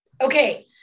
Okay